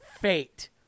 fate